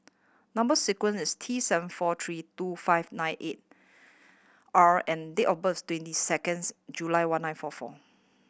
number sequence is T seven four three two five nine eight R and date of birth twenty seconds July one nine four four